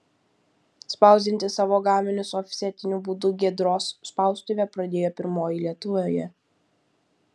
spausdinti savo gaminius ofsetiniu būdu giedros spaustuvė pradėjo pirmoji lietuvoje